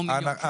או לברוח מהארץ.